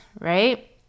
right